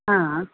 हां